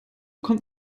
kommt